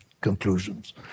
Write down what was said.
conclusions